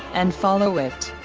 and follow it.